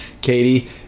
Katie